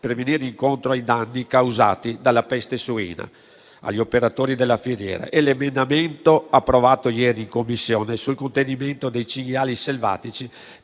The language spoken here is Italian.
a chi ha subito i danni causati dalla peste suina, come gli operatori della filiera, e l'emendamento approvato ieri in Commissione sul contenimento dei cinghiali selvatici,